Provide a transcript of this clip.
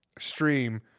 Stream